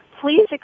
please